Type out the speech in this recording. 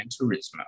Turismo